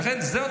ולכן זאת,